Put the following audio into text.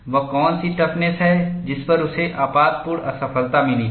वह कौन सी टफनेस है जिस पर उसे आपातपूर्ण असफलता मिली है